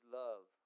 love